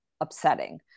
upsetting